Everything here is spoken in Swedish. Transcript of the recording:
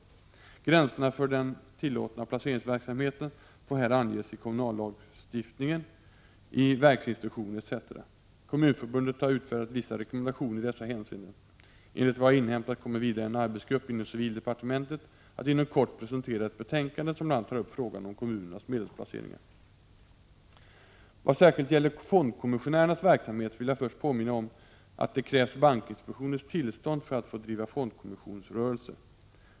Gränserna för den tillåtna placeringsverksamheten får här anges i kommunallagstiftningen, i verksinstruktioner etc. Kommunförbundet har utfärdat vissa rekommendationer i dessa hänseenden. Enligt vad jag har inhämtat kommer vidare en arbetsgrupp inom civildepartementet att inom kort presentera ett betänkande som bl.a. tar upp frågan om kommunernas medelsplaceringar. Vad särskilt gäller fondkommissionärernas verksamhet vill jag först påminna om att det krävs bankinspektionens tillstånd för att få driva fondkommissionsrörelse.